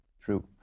true